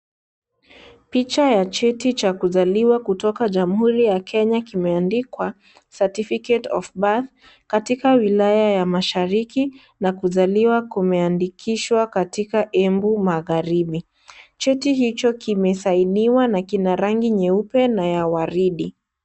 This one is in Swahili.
Picha ya cheti cha kuzaliwa kutoka Jamhuri ya Kenya kimeandikwa Certificate of Birth katika wilaya ya Mashariki na kuzaliwa kumeandikishwa katika Embu Magharibi, cheti hicho kimesaigniwa na kina rangi nyeupe naya waridi.